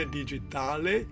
digitale